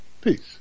Peace